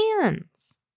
hands